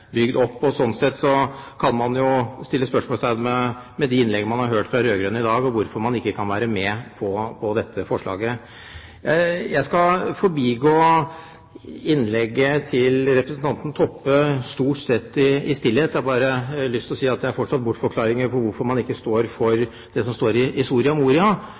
opp. Sånn sett kan man jo sette spørsmålstegn ved de innlegg man har hørt fra de rød-grønne i dag om hvorfor man ikke kan være med på dette forslaget. Jeg skal forbigå innlegget til representanten Toppe stort sett i stillhet. Jeg har bare lyst til å si at det er fortsatt bortforklaringer på hvorfor man ikke står for det som står i Soria Moria.